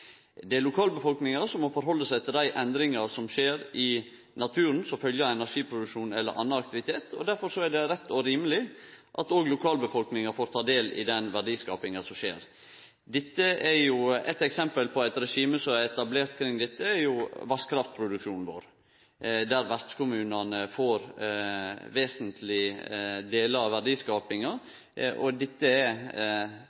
Det er lokalbefolkninga som må hanskast med dei endringane som skjer i naturen som fylgje av energiproduksjon eller annan aktivitet, og difor er det rett og rimeleg at òg lokalbefolkninga får ta del i den verdiskapinga som skjer. Eit eksempel på eit regime som er etablert kring dette, er vasskraftproduksjonen vår, der vertskommunane får ein vesentleg del av verdiskapinga.